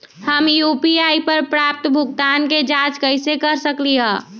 हम यू.पी.आई पर प्राप्त भुगतान के जाँच कैसे कर सकली ह?